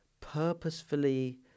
purposefully